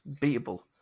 beatable